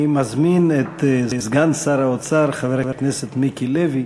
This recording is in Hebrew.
אני מזמין את סגן שר האוצר חבר הכנסת מיקי לוי